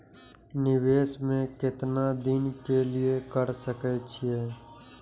निवेश में केतना दिन के लिए कर सके छीय?